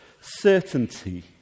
certainty